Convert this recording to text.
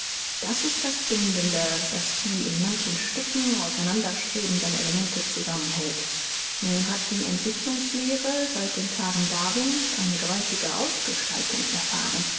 das ist das bindende das die in manchen stücken auseinanderstrebenden elemente zusammenhält nun hat die entwicklungslehre seit den tagen darwins eine gewaltige ausgestaltung erfahren